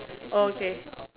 okay